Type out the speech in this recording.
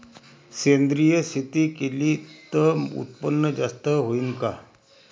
सेंद्रिय शेती केली त उत्पन्न जास्त होईन का?